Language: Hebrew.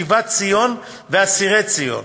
שיבת ציון ואסירי ציון,